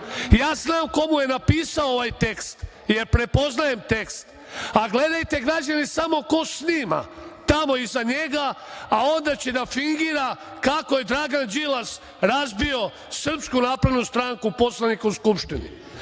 Ja znam ko mu je napisao ovaj tekst, jer prepoznajem tekst, a gledajte građani samo ko snima tamo iza njega, a onda će da fingira kako je Dragan Đilas razbio SNS, poslanike u Skupštini,